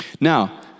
Now